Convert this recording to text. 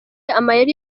amayeri